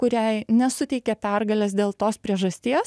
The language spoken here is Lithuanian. kuriai nesuteikė pergalės dėl tos priežasties